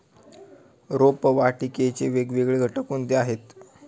रोपवाटिकेचे वेगवेगळे घटक कोणते आहेत?